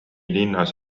linnas